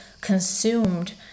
consumed